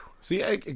See